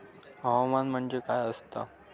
हवामान म्हणजे काय असता?